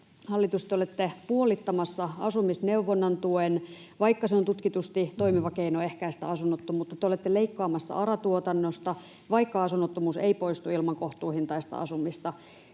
Hallitus, te olette puolittamassa asumisneuvonnan tuen, vaikka se on tutkitusti toimiva keino ehkäistä asunnottomuutta, te olette leikkaamassa ARA-tuotannosta, vaikka asunnottomuus ei poistu ilman kohtuuhintaista asumista.